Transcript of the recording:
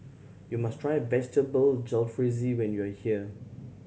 you must try Vegetable Jalfrezi when you are here